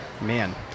Man